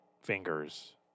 fingers